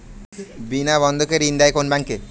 বিনা বন্ধকে ঋণ দেয় কোন ব্যাংক?